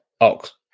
Ox